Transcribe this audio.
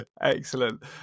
Excellent